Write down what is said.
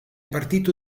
partito